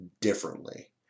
differently